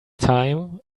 time